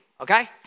okay